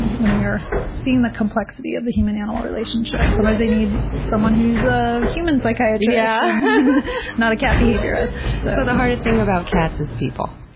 when you're seeing the complexity of the human-animal relationship. sometimes they need someone who's a human psychiatrist and yeah not a cat behaviorist. so the hardest thing about cats is people.